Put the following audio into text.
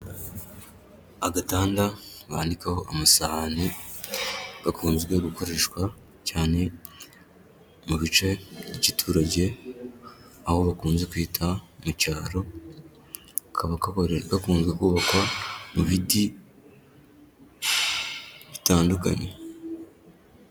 Agatanda bandikaho amasahani gakunzwe gukoreshwa cyane mu bice by'igiturage aho bakunze kwita mu cyaro, kakaba gakunze kubakwa mu biti bitandukanye..